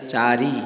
ଚାରି